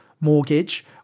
mortgage